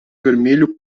vermelho